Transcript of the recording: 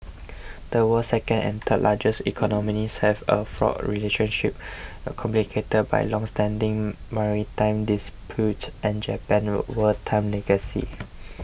the world's second and third largest economies have a fraught relationship complicated by longstanding maritime disputes and Japan's wartime legacy